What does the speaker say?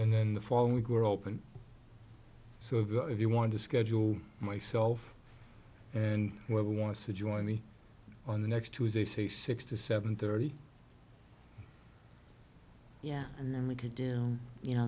and then the following week we're open so if you want to schedule myself and where wants to join me on the next tuesday say six to seven thirty yeah and then we could do you know